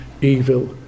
evil